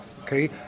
Okay